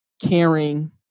caring